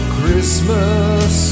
Christmas